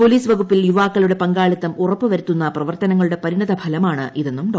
police വകുപ്പിൽ യുവാക്കളുടെ പങ്കാളിത്തം ഉറപ്പ് വരുത്തുന്ന പ്രവർത്തനങ്ങളുടെ പരിണിതഫലമാണ് ഇതെന്നും ഡോ